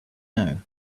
now